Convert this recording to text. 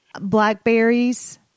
blackberries